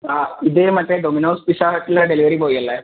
ആ ഇത് മറ്റേ ഡൊമിനോസ് പിസ്സാ ഹട്ടിലെ ഡെലിവറി ബോയ് അല്ലേ